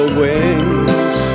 wings